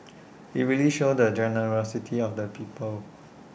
IT really shows the generosity of the people